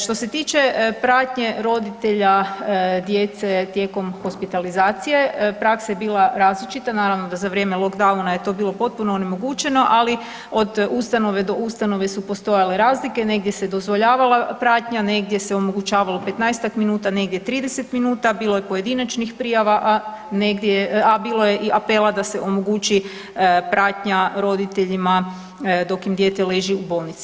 Što se tiče pratnje roditelja djece tijekom hospitalizacije, praksa je bila različita, naravno da za vrijeme lockdowna je to bilo potpuno onemogućeno, ali od ustanove do ustanove su postojale razlike, negdje se dozvoljavala pratnja, negdje se omogućavalo 15-ak minuta, negdje 30 minuta, bilo je pojedinačnih prijava, a bilo je i apela da se omogući pratnja roditeljima dok im dijete leži u bolnice.